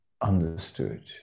understood